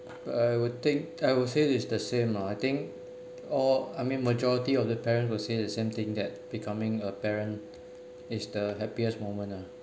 I will take I would say is the same lah I think all I mean majority of the parents will say the same thing that becoming a parent is the happiest moment ah